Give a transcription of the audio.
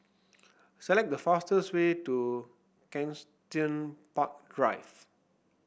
select the fastest way to Kensington Park Drive